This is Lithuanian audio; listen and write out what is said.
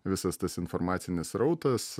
visas tas informacinis srautas